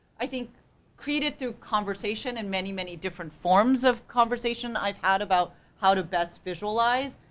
i think created through conversation and many many different forms of conversation i've had about how to best visualize,